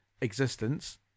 existence